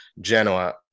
genoa